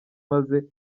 maze